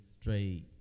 straight